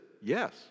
yes